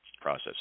Process